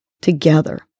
together